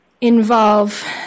involve